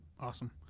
awesome